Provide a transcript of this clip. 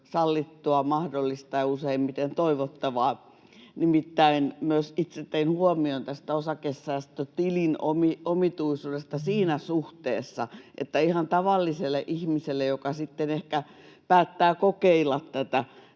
sallittua, mahdollista ja useimmiten toivottavaa. Nimittäin myös itse tein huomion tästä osakesäästötilin omituisuudesta siinä suhteessa, että ihan tavalliselle ihmiselle, joka ehkä päättää kokeilla tätä,